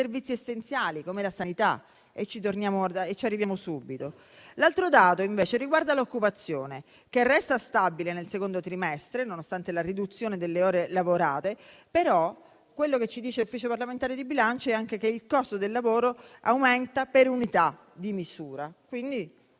essenziali, come la sanità (ci arriviamo subito). L'altro dato, invece, riguarda l'occupazione, che resta stabile nel secondo trimestre nonostante la riduzione delle ore lavorate, ma quello che ci dice l'Ufficio parlamentare di bilancio è anche che il costo del lavoro aumenta per unità di misura, quindi